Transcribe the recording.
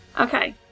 Okay